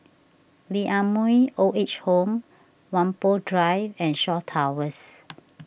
Lee Ah Mooi Old Age Home Whampoa Drive and Shaw Towers